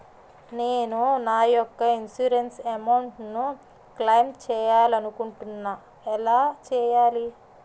నేను నా యెక్క ఇన్సురెన్స్ అమౌంట్ ను క్లైమ్ చేయాలనుకుంటున్నా ఎలా చేయాలి?